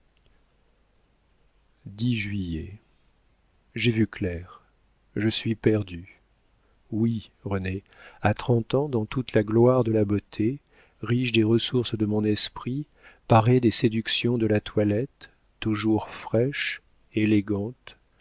j'ai vu clair je suis perdue oui renée à trente ans dans toute la gloire de la beauté riche des ressources de mon esprit parée des séductions de la toilette toujours fraîche élégante